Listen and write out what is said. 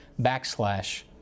backslash